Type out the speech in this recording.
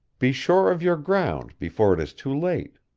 be sure of your ground before it is too late.